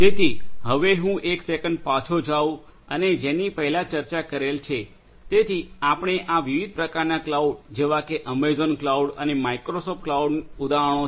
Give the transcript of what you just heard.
તેથી હવે હું એક સેકંડ પાછું જઉ અને જેની પહેલાં ચર્ચા કરેલ છે તેથી આપણે આ વિવિધ પ્રકારનાં ક્લાઉડ જેવા કે એમેઝોન ક્લાઉડ અને માઇક્રોસોફ્ટ ક્લાઉડ ઉદાહરણ છે